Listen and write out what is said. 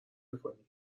میکنی